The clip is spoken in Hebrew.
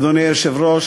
אדוני היושב-ראש,